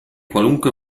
qualunque